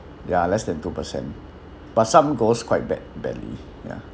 ya less than two percent but some goes quite bad badly ya